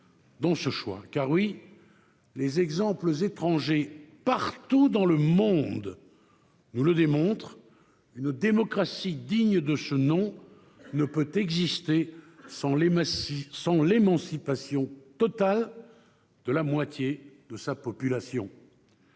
Car, oui, les exemples étrangers partout dans le monde nous le démontrent, une démocratie digne de ce nom ne peut exister sans l'émancipation totale de la moitié de sa population